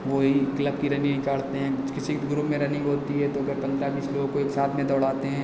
वह ही क्लब का रनिंग निकालते हैं किसी भी ग्रुप में रनिंग होती है तो दस पन्द्रह बीस लोगों को साथ में दौड़ाते हैं